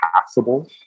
passable